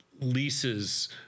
leases